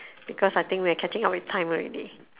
because I think we are catching up with time already